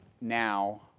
now